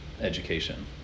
education